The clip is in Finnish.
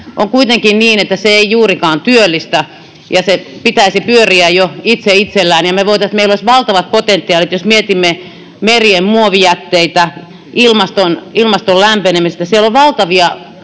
on kuitenkin niin, että se ei juurikaan työllistä ja sen pitäisi pyöriä jo itse itsellään. Meillä olisi valtavat potentiaalit — jos mietimme merien muovijätteitä, ilmaston lämpenemistä, siellä on valtavia